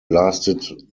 lasted